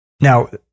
Now